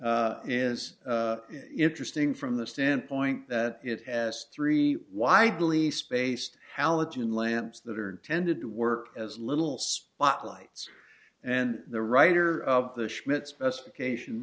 is interesting from the standpoint that it has three widely spaced halogen lamps that are intended to work as little spotlights and the writer of the schmidt specifications